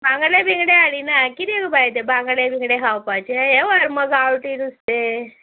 बांगडे बिंगडे हालीं ना कितें गो बाय ते बांगडे बी खावपाचें हें वर मुगो गांवटीं नुस्तें